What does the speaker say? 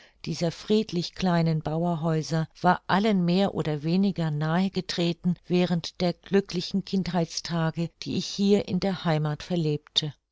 dieser friedlich kleinen bauerhäuser war allen mehr oder weniger nahe getreten während der glücklichen kindheitstage die ich hier in der heimath verlebte